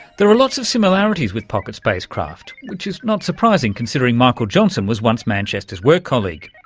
there are lots of similarities with pocket spacecraft, which is not surprising considering michael johnson was once manchester's work colleague.